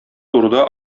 турыда